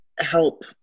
help